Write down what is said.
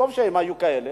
טוב שהם היו כאלה,